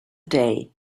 day